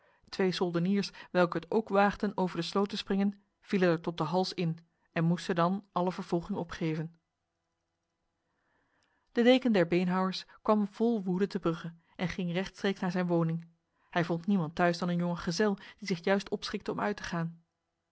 twee soldeniers welke het ook waagden over de sloot te springen vielen er tot de hals in en moesten dan alle vervolging opgeven de deken der beenhouwers kwam vol woede te brugge en ging rechtstreeks naar zijn woning hij vond niemand thuis dan een jonge gezel die zich juist opschikte om uit te gaan